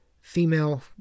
female